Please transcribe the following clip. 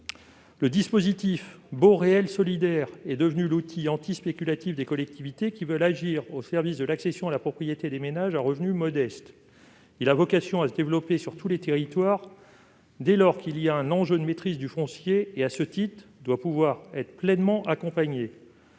Le dispositif des baux réels solidaires est devenu l'outil antispéculatif des collectivités qui veulent agir au service de l'accession à la propriété des ménages à revenus modestes. Il a vocation à se développer sur tous les territoires, dès lors qu'il existe un enjeu de maîtrise du foncier. Nous devons donc faire en sorte d'accompagner